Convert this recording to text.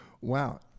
Wow